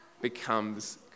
becomes